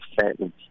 sentence